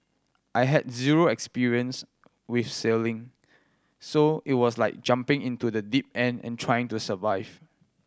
I had zero experience with sailing so it was like jumping into the deep end and trying to survive